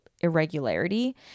irregularity